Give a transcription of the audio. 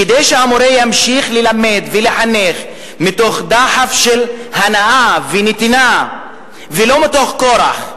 כדי שהמורה ימשיך ללמד ולחנך מתוך דחף של הנאה ונתינה ולא מתוך כורח,